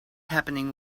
happening